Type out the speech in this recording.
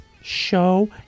show